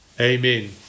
amen